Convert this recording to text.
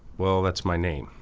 well that's my name.